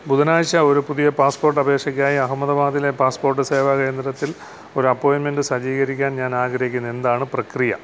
ബുധനാഴ്ച്ച ഒരു പുതിയ പാസ്പോർട്ട് അപേഷയ്ക്കായി അഹമ്മദാബാദിലെ പാസ്പോർട്ട് സേവാ കേന്ദ്രത്തിൽ ഒരപ്പോയിൻമെൻറ്റ് സജ്ജീകരിക്കാൻ ഞാനാഗ്രഹിക്കുന്നു എന്താണ് പ്രക്രിയ